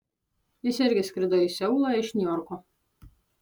jis irgi skrido į seulą iš niujorko